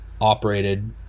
operated